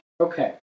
Okay